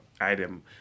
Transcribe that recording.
item